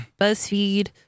Buzzfeed